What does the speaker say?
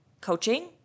coaching